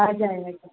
हजुर हजुर